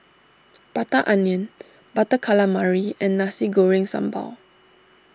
Prata Onion Butter Calamari and Nasi Goreng Sambal